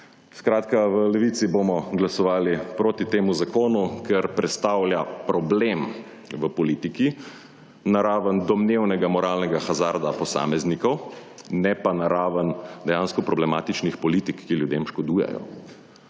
v Levici bomo glasovali proti temu zakonu, ker predstavlja problem v politiki na raven domnevnega moralnega hazarda posameznikov, ne pa na raven dejansko problematičnih politik, ki ljudem škodujejo.